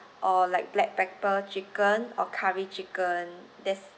or like black pepper chicken or curry chicken there's